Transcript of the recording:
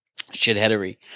Shitheadery